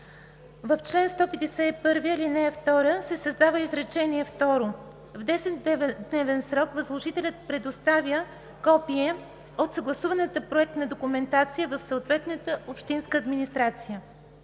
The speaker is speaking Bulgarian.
в чл. 151, ал. 2 се създава изречение второ: „В 10-дневен срок възложителят предоставя копие от съгласуваната проектна документация в съответната общинска администрация“.“